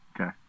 Okay